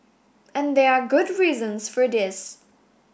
and there are good reasons for this